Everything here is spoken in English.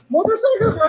Motorcycle